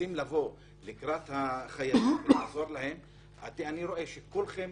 רוצים לבוא לקראת החייבים ולעזור להם, כולכם